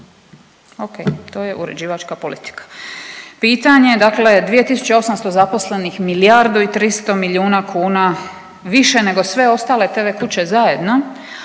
Ok, to je uređivačka politika. Pitanje dakle 2.800 zaposlenih, milijardu i 300 milijuna kuna, više nego sve ostale tv kuće, a